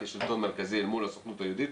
כשלטון מרכזי אל מול הסוכנות היהודית,